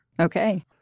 Okay